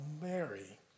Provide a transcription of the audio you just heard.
Mary